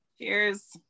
Cheers